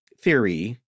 theory